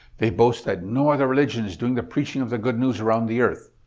they boast that no other religion is doing the preaching of the good news around the earth.